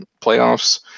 playoffs